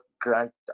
grant